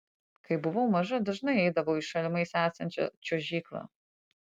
kai buvau maža dažnai eidavau į šalimais esančią čiuožyklą